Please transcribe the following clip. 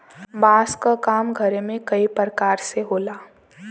बांस क काम घरे में कई परकार से होला